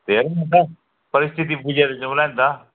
हेरौँ नि त परिस्थिति बुझेर जाऔँला नि त